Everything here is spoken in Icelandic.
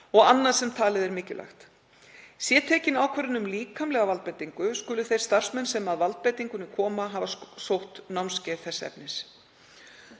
og annað sem talið er mikilvægt. Sé tekin ákvörðun um líkamlega valdbeitingu skulu þeir starfsmenn sem að valdbeitingunni koma hafa sótt námskeið þess efnis.